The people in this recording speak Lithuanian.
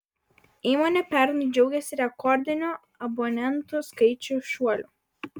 įmonė pernai džiaugėsi rekordiniu abonentų skaičiaus šuoliu